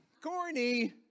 corny